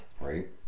right